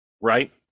right